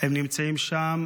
הם נמצאים שם